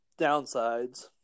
downsides